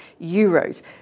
euros